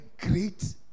great